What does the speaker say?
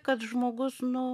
kad žmogus nu